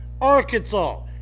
Arkansas